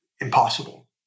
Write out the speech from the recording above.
impossible